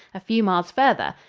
a few miles farther,